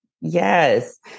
Yes